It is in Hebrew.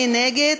מי נגד?